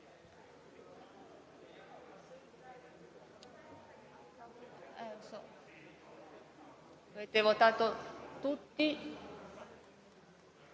Grazie